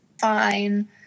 fine